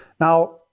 Now